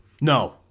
No